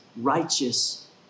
righteous